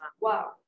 Wow